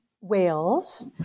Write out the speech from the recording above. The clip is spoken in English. Wales